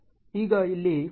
5 13 1 53